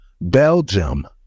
Belgium